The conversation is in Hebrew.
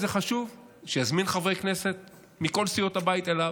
זה חשוב שיזמין חברי כנסת מכל סיעות הבית אליו.